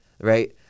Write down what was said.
Right